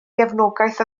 gefnogaeth